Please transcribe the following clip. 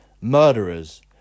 murderers